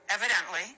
Evidently